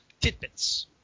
tidbits